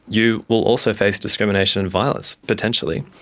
you will also face discrimination and violence potentially.